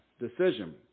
decision